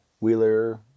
Wheeler